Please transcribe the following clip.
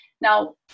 Now